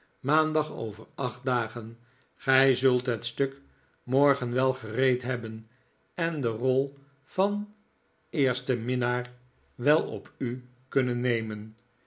maandag over acht dagen gij zult het stuk morgen wel gereed hebben en de rol van eerste minnaar wel op u kunnen nemen